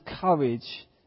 courage